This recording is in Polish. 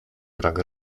brak